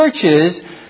churches